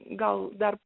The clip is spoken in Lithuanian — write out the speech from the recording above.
gal dar